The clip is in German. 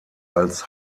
als